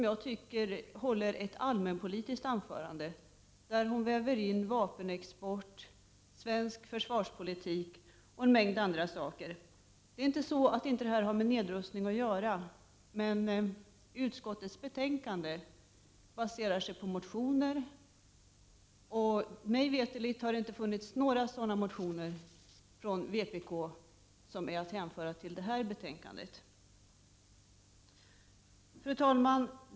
Jag tycker att hon höll ett allmänpolitiskt anförande, där hon vävde in vapenexport, svensk försvarspolitik och en mängd andra saker. Det är inte så att det hon talade om inte har med nedrustning att göra, men utskottets betänkande baserar sig på motioner, och mig veterligt behandlas i betänkandet inga motioner från vpk om de frågor Gudrun Schyman berörde. Fru talman!